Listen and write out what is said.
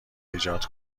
ایجاد